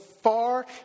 far